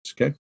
okay